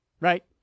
right